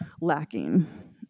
lacking